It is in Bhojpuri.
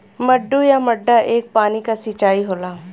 मड्डू या मड्डा एक पानी क सिंचाई होला